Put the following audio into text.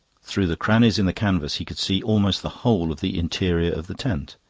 through the crannies in the canvas he could see almost the whole of the interior of the tent.